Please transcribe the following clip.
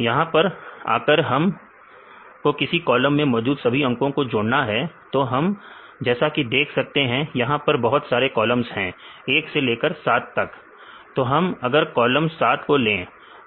यहां पर आकर हम को किसी कॉलम में मौजूद सभी अंकों को जोड़ना है तो हम जैसा कि देख सकते हैं यहां पर बहुत सारे कॉलम्स हैं 1 से लेकर 7 तक तो हम अगर कॉलम 7 को ले